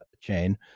chain